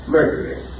Mercury